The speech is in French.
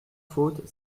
faute